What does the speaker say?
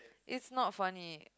it's not funny